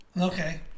Okay